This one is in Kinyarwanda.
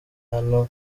hano